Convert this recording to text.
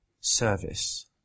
service